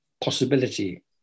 possibility